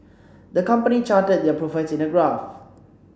the company charted their profits in a graph